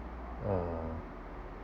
uh